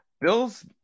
Bills